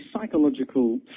psychological